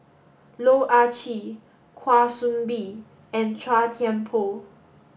Loh Ah Chee Kwa Soon Bee and Chua Thian Poh